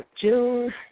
June